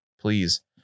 please